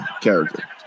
character